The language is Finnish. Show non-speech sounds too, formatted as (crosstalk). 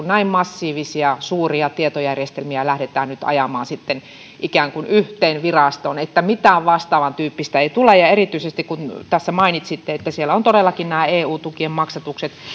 (unintelligible) näin massiivisia ja suuria tietojärjestelmiä lähdetään nyt ajamaan ikään kuin yhteen virastoon jotta mitään vastaavan tyyppistä ei tule ja erityisesti kun tässä mainitsitte että siellä on todellakin nämä eu tukien maksatukset